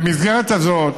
במסגרת הזאת,